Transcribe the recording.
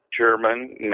German